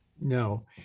No